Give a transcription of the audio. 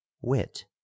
wit